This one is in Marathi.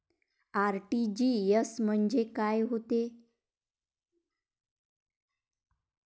आर.टी.जी.एस म्हंजे काय होते?